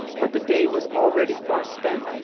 but the day was already far spent,